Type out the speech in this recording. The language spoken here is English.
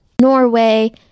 Norway